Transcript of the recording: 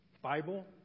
Bible